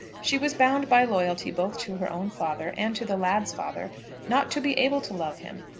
she was bound by loyalty both to her own father and to the lad's father not to be able to love him.